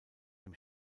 dem